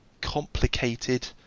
complicated